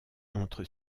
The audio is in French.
entre